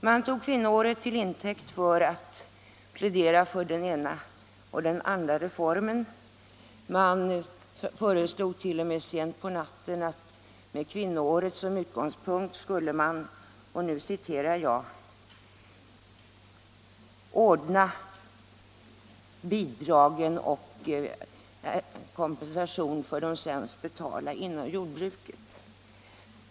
Man tog kvinnoåret till intäkt för att plädera för den ena eller den andra reformen. Man föreslog t.o.m. sent på natten att med kvinnoåret som utgångspunkt skulle man ”ordna bidrag och kompensation för de sämst betalda inom jordbruket”.